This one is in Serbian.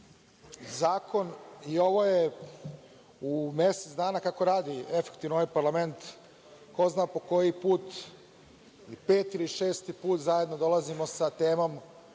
zakon i ovo je u mesec dana kako radi efektivno ovaj parlament, ko zna po koji put, peti ili šesti put, zajedno dolazimo sa temom